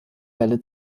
bälle